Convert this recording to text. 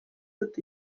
dut